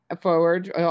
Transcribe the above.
forward